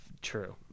True